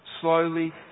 slowly